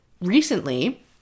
recently